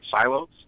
silos